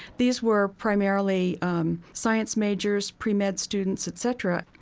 these were primarily um science majors, pre-med students, etc.